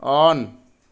on